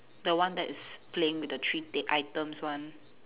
the one that is playing with the three t~ items one